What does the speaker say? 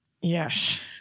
Yes